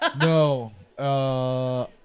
No